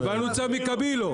קיבלנו צו מקבילו.